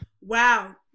wow